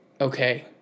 Okay